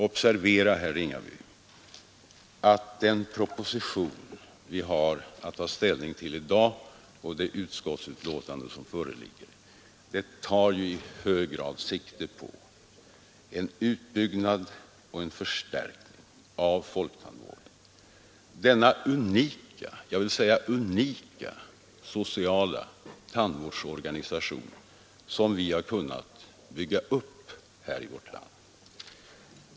Observera, herr Ringaby, att den proposition vi har att ta ställning till i dag och det utskottsbetänkande som föreligger i hög grad tar sikte på en utbyggnad och en förstärkning av folktandvården, denna unika — jag vill understryka unika — sociala tandvårdsorganisation som vi har kunnat bygga upp här i vårt land.